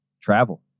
travel